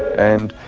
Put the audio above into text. and